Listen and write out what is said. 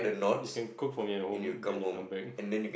you can cook for me at home then you come back